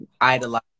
Idolize